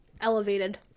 elevated